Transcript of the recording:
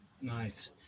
nice